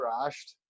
crashed